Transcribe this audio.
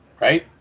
Right